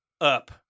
up